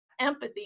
empathy